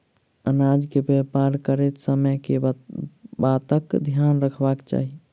अनाज केँ व्यापार करैत समय केँ बातक ध्यान रखबाक चाहि?